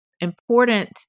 important